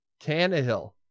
Tannehill